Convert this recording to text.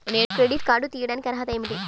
నేను credit card తీయడానికి అర్హత ఏమిటి?